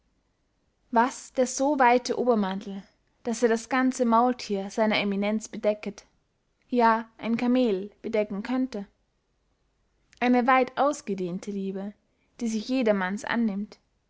was der so weite obermantel daß er das ganze maulthier seiner eminenz bedecket ja ein kameel bedecken könnte eine weit ausgedehnte liebe die sich jedermanns annimmt